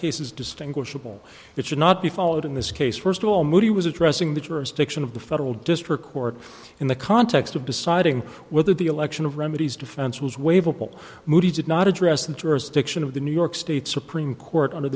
cases distinguishable it should not be followed in this case first of all moody was addressing the jurisdiction of the federal district court in the context of deciding whether the election of remedies defense was waive all moody did not address the jurisdiction of the new york state supreme court under